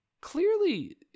clearly